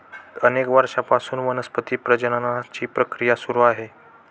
अनेक वर्षांपासून वनस्पती प्रजननाची प्रक्रिया सुरू आहे